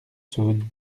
saône